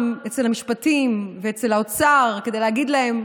במשרד המשפטים ובמשרד האוצר כדי להגיד להם: